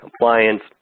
compliance